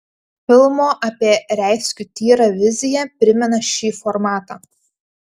filmo apie reiskių tyrą vizija primena šį formatą